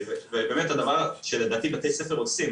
ובאמת הדבר שלדעתי בתי ספר עושים,